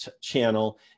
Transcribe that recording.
channel